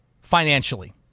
financially